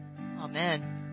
Amen